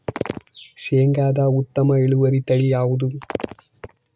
ಶೇಂಗಾದ ಉತ್ತಮ ಇಳುವರಿ ತಳಿ ಯಾವುದು?